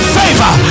favor